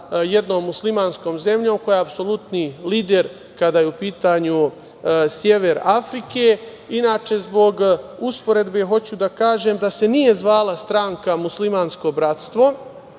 jednom muslimanskom zemljom koja je apsolutni lider kada je u pitanju sever Afrike. Inače, zbog usporedbe, hoću da kažem da se nije zvala stranka Muslimansko bratstvo,